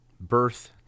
birth